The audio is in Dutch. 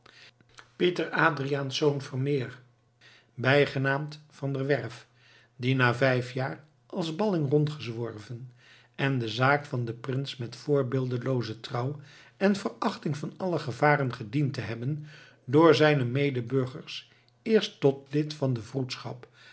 pieter adriaensz vermeer bijgenaamd van der werff die na vijf jaar als balling rondgezworven en de zaak van den prins met voorbeeldelooze trouw en verachting van alle gevaren gediend te hebben door zijne medeburgers eerst tot lid van de vroedschap